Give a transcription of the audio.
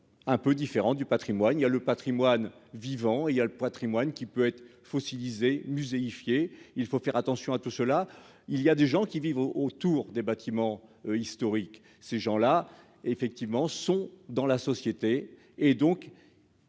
un peu différent du Patrimoine il y a le Patrimoine vivant il y a le poitrine moines qui peut être fossilisé musée y fiez il faut faire attention à tout cela il y a des gens qui vivent au autour des bâtiments historiques, ces gens-là effectivement sont dans la société et donc.